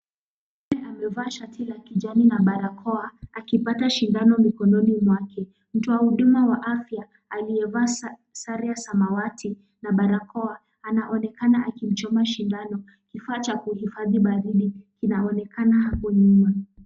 Mwanaume amevaa shati la kijani na barakoa akipata sindani mkononi mwake. Mtoa huduma ya afya aliyevaa sare ya samawati na barakoa, anaonekana akimchoma shindano. Kifaa cha kuhifadhi baridi kinaonekana hapo nyuma.